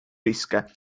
riske